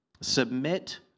Submit